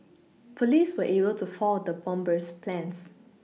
police were able to foil the bomber's plans